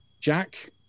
Jack